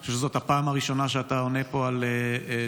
אני חושב שזו הפעם הראשונה שאתה עונה פה על שאילתות